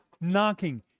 knocking